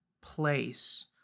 place